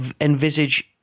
envisage